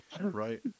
Right